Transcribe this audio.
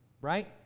Right